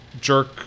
jerk